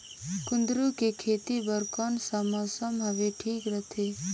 कुंदूरु के खेती बर कौन सा मौसम हवे ठीक रथे?